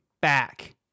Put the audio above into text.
back